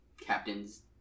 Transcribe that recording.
captain's